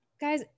guys